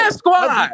squad